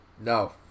No